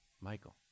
Michael